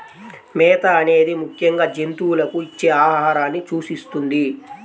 మేత అనేది ముఖ్యంగా జంతువులకు ఇచ్చే ఆహారాన్ని సూచిస్తుంది